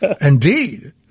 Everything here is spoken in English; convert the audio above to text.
Indeed